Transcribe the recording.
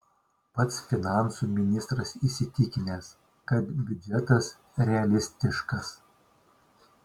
pats finansų ministras įsitikinęs kad biudžetas realistiškas